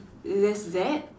just that